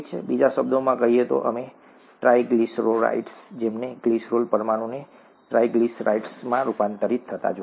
બીજા શબ્દોમાં કહીએ તો અમે ટ્રાઇગ્લિસેરાઇડ જમણે ગ્લિસરોલના પરમાણુને ટ્રાઇગ્લિસરાઇડ્સમાં રૂપાંતરિત થતા જોયા છે